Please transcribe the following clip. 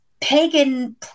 pagan